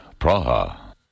Praha